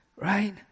right